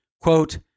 quote